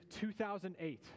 2008